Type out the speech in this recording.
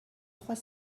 trois